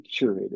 curated